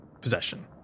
possession